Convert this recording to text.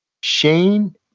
Shane